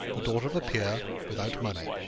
the daughter of a peer, without money,